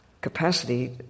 capacity